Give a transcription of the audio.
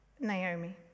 Naomi